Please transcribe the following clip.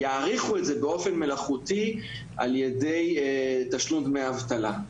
שיאריכו את זה באופן מלאכותי על ידי תשלום דמי אבטלה.